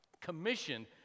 commissioned